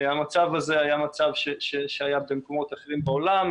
המצב הזה היה מצב שהיה במקומות אחרים בעולם.